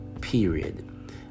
period